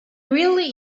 really